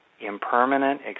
impermanent